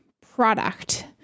product